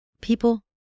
People